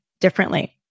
differently